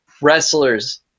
wrestlers